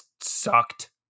sucked